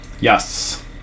Yes